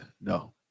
no